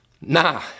Nah